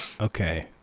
Okay